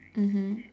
mmhmm